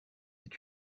est